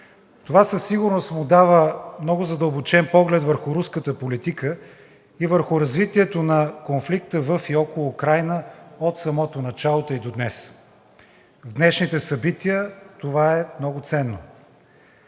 Това със сигурност му дава много задълбочен поглед върху руската политика и върху развитието на конфликта във и около Украйна от самото начало, та и до днес. В днешните събития това е много ценно.